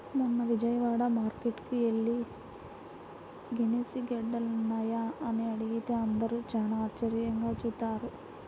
మొన్న విజయవాడ మార్కేట్టుకి యెల్లి గెనిసిగెడ్డలున్నాయా అని అడిగితే అందరూ చానా ఆశ్చర్యంగా జూత్తన్నారు